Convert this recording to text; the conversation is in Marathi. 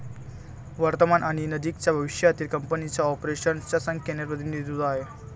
वर्तमान आणि नजीकच्या भविष्यातील कंपनीच्या ऑपरेशन्स च्या संख्येचे प्रतिनिधित्व आहे